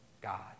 God